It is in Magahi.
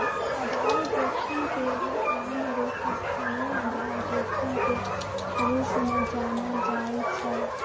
आधार जोखिम के एगो आन रूप स्थानीय आधार जोखिम के रूप में जानल जाइ छै